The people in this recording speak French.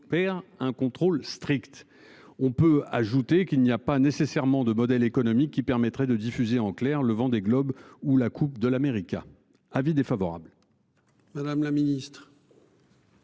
opère un contrôle strict. On peut ajouter qu'il n'y a pas nécessairement de modèle économique qui permettrait de diffuser en clair le Vendée Globe ou la coupe de l'America, avis défavorable.